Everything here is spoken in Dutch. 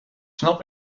snap